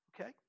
Okay